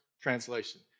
translation